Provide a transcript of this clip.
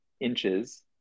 inches